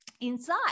inside